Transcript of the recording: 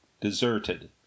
deserted